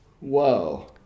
whoa